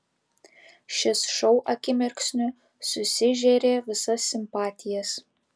šis šou akimirksniu susižėrė visas simpatijas